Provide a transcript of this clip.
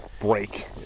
break